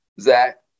Zach